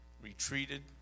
retreated